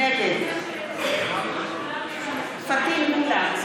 נגד פטין מולא,